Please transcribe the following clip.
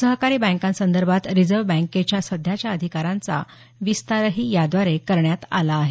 सहकारी बँकांसदर्भात रिझर्व बँकेच्या सध्याच्या अधिकारांचा विस्तार या अधिनियमाद्वारे करण्यात आला आहे